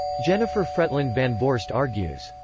jennifer fretland vanvoorst argues,